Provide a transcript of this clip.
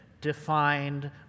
defined